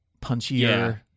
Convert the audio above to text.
punchier